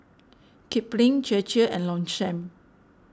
Kipling Chir Chir and Longchamp